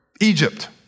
Egypt